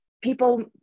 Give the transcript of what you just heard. people